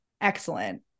Excellent